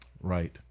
Right